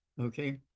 okay